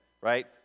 right